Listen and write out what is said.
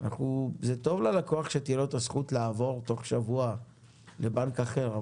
זה טוב ללקוח שתהיה לו את הזכות לעבור תוך שבוע לבנק אחר,